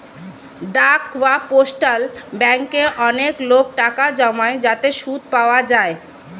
ডাক বা পোস্টাল ব্যাঙ্কে অনেক লোক টাকা জমায় যাতে সুদ পাওয়া যায়